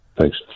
Thanks